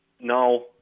no –